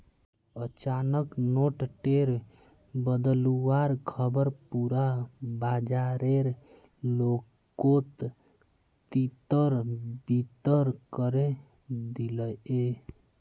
अचानक नोट टेर बदलुवार ख़बर पुरा बाजारेर लोकोत तितर बितर करे दिलए